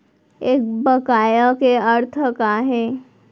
एक बकाया के का अर्थ हे?